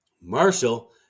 Marshall